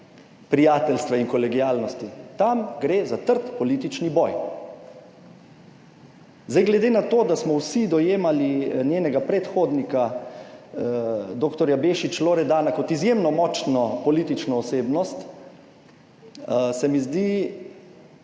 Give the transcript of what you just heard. prijateljstva in kolegialnosti. Tam gre za trd politični boj. Zdaj glede na to, da smo vsi dojemali njenega predhodnika dr. Bešič Loredana kot izjemno močno politično osebnost, se mi zdi,